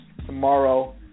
Tomorrow